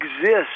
exist